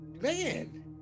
man